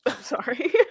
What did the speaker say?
sorry